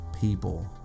people